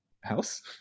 house